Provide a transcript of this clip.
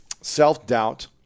self-doubt